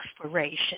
exploration